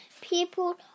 People